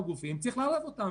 וגם לרשות אין המידע הזה.